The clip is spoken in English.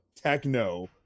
techno